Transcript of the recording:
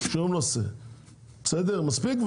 מספיק,